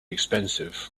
expensive